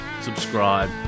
subscribe